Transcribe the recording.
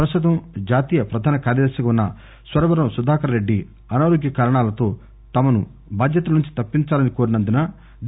ప్రస్తుతం జాతీయ ప్రధాన కార్యదర్శిగా ఉన్న సురవరం సుధాకర రెడ్డి అనారోగ్య కారణాలతో తమను బాధ్యతల నుంచి తప్పించాలని కోరినందున డి